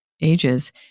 ages